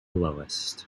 lowest